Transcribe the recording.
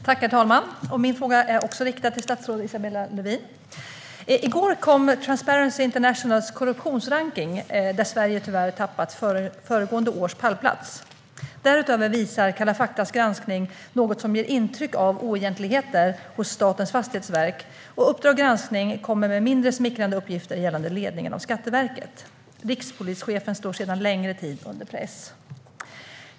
Herr talman! Min fråga är också riktad till statsrådet Isabella Lövin. I går kom Transparency Internationals korruptionsrankning, där Sverige tyvärr tappat föregående års pallplats. Därutöver visar Kalla faktas granskning något som ger intryck av oegentligheter hos Statens fastighetsverk, och Uppdrag granskning kommer med mindre smickrande uppgifter om ledningen av Skatteverket. Rikspolischefen står sedan längre tid under press.